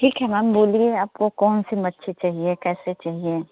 ठीक है मैम बोलिए आपको कौन सी मच्छी चाहिए कैसे चाहिए